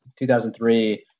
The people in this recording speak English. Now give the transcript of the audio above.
2003